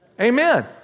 Amen